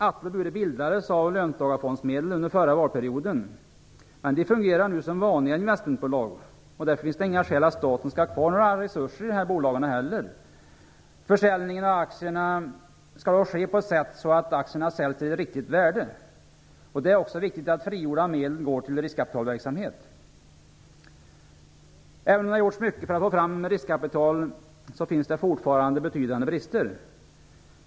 Atle och Bure bildades av löntagarfondsmedel under förra valperioden, men de fungerar nu som vanliga investmentbolag, och därför finns det inga skäl till att staten skall ha kvar några resurser i de här bolagen. Försäljningen av aktierna skall ske på ett sätt som gör att aktierna säljs till ett riktigt värde, och det är också viktigt att frigjorda medel går till riskkapitalverksamhet. Även om det har gjorts mycket för att få fram riskkapital finns det fortfarande betydande brister.